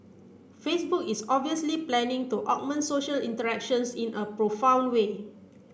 Facebook is obviously planning to augment social interactions in a profound way